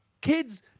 kids